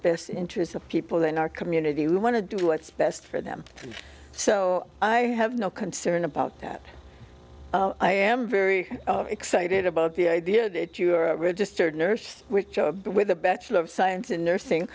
best interests of people in our community who want to do what's best for them so i have no concern about that i am very excited about the idea that you are a registered nurse which with a bachelor of science in nursing